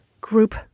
group